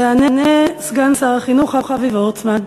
יענה סגן שר החינוך אבי וורצמן.